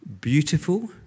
beautiful